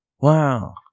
Wow